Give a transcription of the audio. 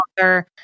author